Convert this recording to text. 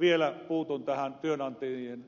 vielä puutun tähän työnantajien